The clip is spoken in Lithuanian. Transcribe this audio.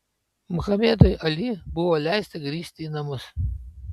muhamedui ali buvo leista grįžti į namus